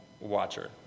Watcher